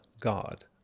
God